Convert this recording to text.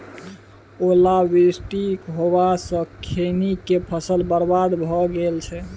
ओला वृष्टी होबा स खैनी के फसल बर्बाद भ गेल अछि?